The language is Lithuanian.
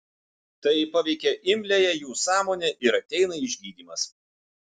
tai paveikia imliąją jų sąmonę ir ateina išgydymas